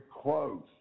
close